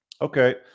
okay